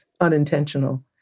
unintentional